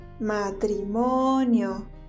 Matrimonio